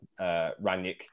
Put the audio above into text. Ranick